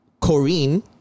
Corinne